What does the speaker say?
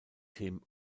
him